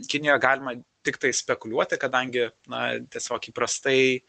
kinijoje galima tiktai spekuliuoti kadangi na tiesiog įprastai